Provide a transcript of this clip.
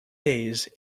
days